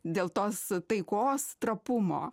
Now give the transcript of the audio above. dėl tos taikos trapumo